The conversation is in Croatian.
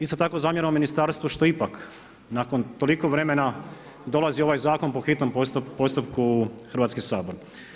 Isto tako zamjeramo ministarstvo što ipak, nakon toliko vremena, dolazi ovaj zakon po hitnom postupku u Hrvatski sabor.